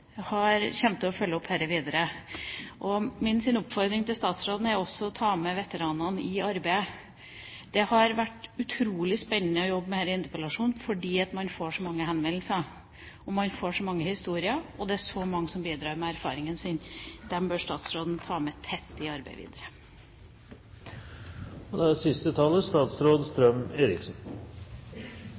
til følge opp dette videre, og min oppfordring til statsråden er å ta med veteranene også i arbeidet. Det har vært utrolig spennende å jobbe med denne interpellasjonen fordi man får så mange henvendelser, man får så mange historier, og det er så mange som bidrar med erfaringen sin. Dem bør statsråden ta med tett i arbeidet videre. Innleggene i denne debatten viser egentlig hvor stor debatten er, og hvor kompleks den er.